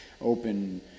open